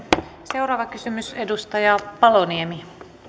seuraava kysymys edustaja paloniemi